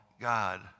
God